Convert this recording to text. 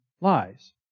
lies